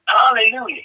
Hallelujah